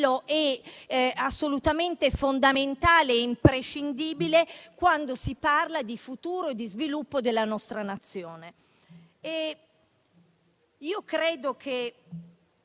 assolutamente fondamentale e imprescindibile, quando si parla di futuro e di sviluppo della nostra Nazione. Credo che